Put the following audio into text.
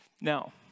Now